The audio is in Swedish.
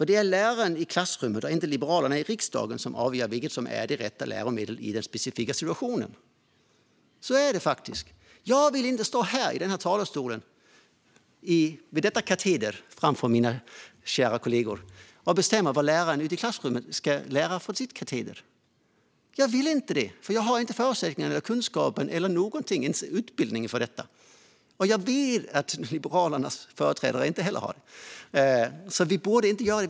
Det är läraren i klassrummet och inte Liberalerna i riksdagen som avgör vilket som är det rätta läromedlet i den specifika situationen. Så är det faktiskt. Jag vill inte stå här i talarstolen, vid denna kateder framför mina kära kollegor, och bestämma vad läraren ute i klassrummet ska lära ut från sin kateder. Jag vill inte det, för jag har inte förutsättningarna, kunskapen eller någonting, inte ens utbildning, för detta. Jag vet att Liberalernas företrädare inte heller har det.